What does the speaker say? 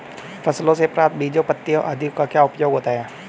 फसलों से प्राप्त बीजों पत्तियों आदि का क्या उपयोग होता है?